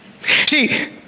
See